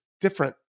different